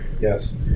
Yes